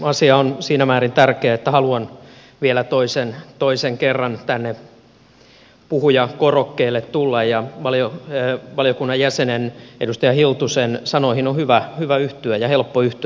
asia on siinä määrin tärkeä että haluan vielä toisen kerran tänne puhujakorokkeelle tulla ja valiokunnan jäsenen edustaja hiltusen sanoihin on hyvä yhtyä ja helppo yhtyä